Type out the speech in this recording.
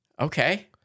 Okay